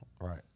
Right